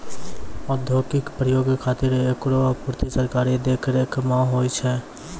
औद्योगिक प्रयोग खातिर एकरो आपूर्ति सरकारी देखरेख म होय छै